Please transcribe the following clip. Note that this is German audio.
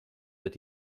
wird